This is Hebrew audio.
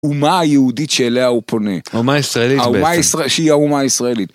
אומה היהודית שאליה הוא פונה. אומה ישראלית בעצם. שהיא האומה הישראלית.